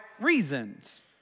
reasons